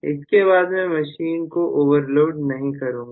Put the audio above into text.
इसके बाद मैं मशीन को ओवरलोड नहीं करूंगा